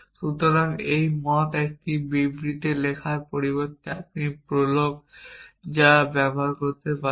সুতরাং এই মত একটি বিবৃতি লেখার পরিবর্তে আপনি prolog এ যা করতে পারেন